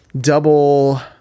double